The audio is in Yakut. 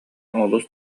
олус